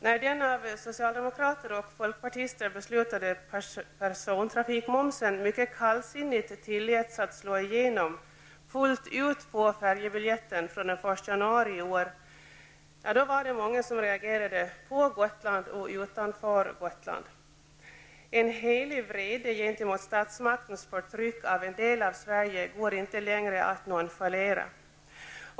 När den av socialdemokrater och folkpartister beslutade persontrafikmomsen mycket kallsinnigt tilläts att slå igenom fullt ut på färjebiljetten från den 1 januari i år, då var det många som reagerade, på Gotland och utanför Gotland. En helig vrede gentemot statsmaktens förtryck av en del av Sverige går inte längre att nonchalera.